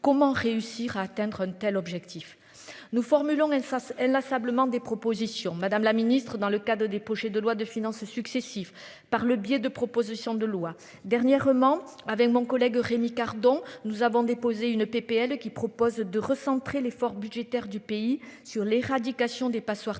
Comment réussir à atteindre une telle objectif nous formulons elle fasse elle inlassablement des propositions Madame la Ministre dans le cas de de loi de finances successifs, par le biais de propositions de loi dernièrement avec mon collègue Rémi Cardon. Nous avons déposé une PPL qui propose de recentrer l'effort budgétaire du pays sur l'éradication des passoires thermiques